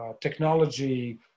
technology